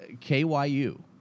KYU